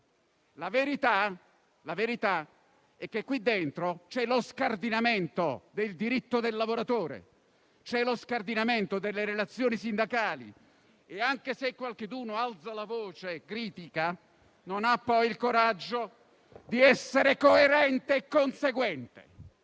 La verità è che qui dentro c'è lo scardinamento del diritto del lavoratore, c'è lo scardinamento delle relazioni sindacali. Anche se qualcheduno alza la voce e critica, non ha poi il coraggio di essere coerente e conseguente.